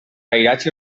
cairats